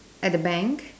at the bank